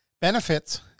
benefits